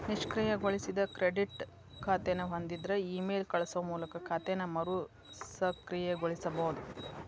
ನಿಷ್ಕ್ರಿಯಗೊಳಿಸಿದ ಕ್ರೆಡಿಟ್ ಖಾತೆನ ಹೊಂದಿದ್ರ ಇಮೇಲ್ ಕಳಸೋ ಮೂಲಕ ಖಾತೆನ ಮರುಸಕ್ರಿಯಗೊಳಿಸಬೋದ